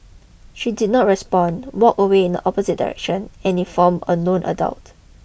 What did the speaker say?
she did not respond walked away in the opposite direction and informed a known adult